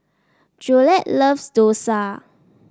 Jolette loves dosa